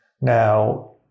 Now